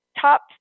Top